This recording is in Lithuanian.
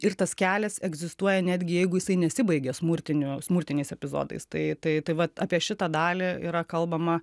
ir tas kelias egzistuoja netgi jeigu jisai nesibaigia smurtiniu smurtiniais epizodais tai tai tai vat apie šitą dalį yra kalbama